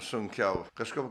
sunkiau kažkaip